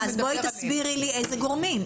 אז בואי תסבירי לי איזה גורמים.